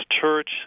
Church